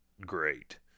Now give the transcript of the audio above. great